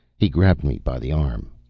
he grabbed me by the arm.